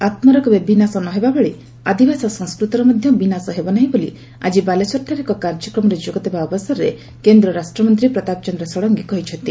ଆତ୍କାର କେବେ ବିନାଶ ନ ହେବା ଭଳି ଆଦିଭାଷା ସଂସ୍ଟ୍ରତର ମଧ୍ଧ ବିନାଶ ହେବ ନାହି ବୋଲି ଆକି ବାଲେଶ୍ୱରଠାରେ ଏକ କାର୍ଯ୍ୟକ୍ରମରେ ଯୋଗଦେବା ଅବସରରେ କେନ୍ଦ୍ର ରାଷ୍ଟମନ୍ତୀ ପ୍ରତାପ ଚନ୍ଦ ଷଡ଼ଙ୍ଗୀ କହିଛନ୍ତି